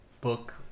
book